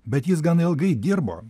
bet jis gan ilgai dirbo